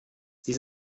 sie